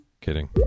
Kidding